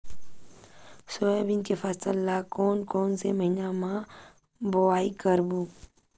Soybean के फसल ल कोन कौन से महीना म बोआई करबो?